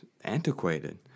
antiquated